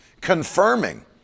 confirming